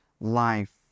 life